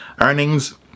earnings